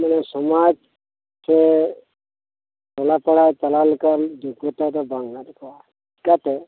ᱥᱚᱢᱟᱡ ᱥᱮ ᱴᱚᱞᱟᱯᱲᱟ ᱪᱟᱞᱟᱣ ᱞᱮᱠᱟᱱ ᱡᱳᱜᱽᱜᱚᱛᱟ ᱫᱚ ᱵᱟᱝ ᱦᱮᱱᱟᱜ ᱛᱟᱠᱚᱣᱟ ᱪᱮᱠᱟᱛᱮ